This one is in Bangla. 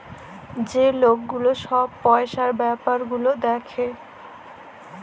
যে লক গুলা ছব পইসার ব্যাপার গুলা দ্যাখে